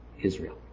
Israel